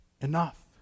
enough